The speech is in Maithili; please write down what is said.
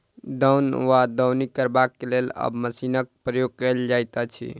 दौन वा दौनी करबाक लेल आब मशीनक प्रयोग कयल जाइत अछि